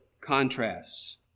contrasts